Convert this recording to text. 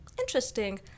interesting